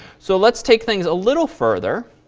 so let's take things a little further.